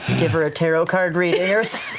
give her a tarot card reading or